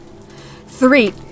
Three